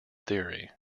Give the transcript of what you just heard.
theory